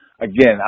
again